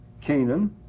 Canaan